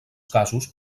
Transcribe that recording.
casos